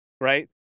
Right